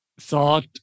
thought